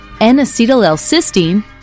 N-acetyl-L-cysteine